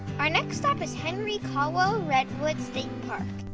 our next stop is henry cowell redwoods state park.